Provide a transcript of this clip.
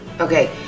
Okay